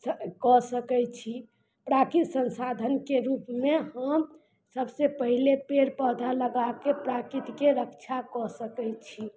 कऽ सकय छी प्राकृत संसाधनके रूपमे हम सभसँ पहिले पेड़ पौधा लगाके प्राकृतके रक्षा कऽ सकय छी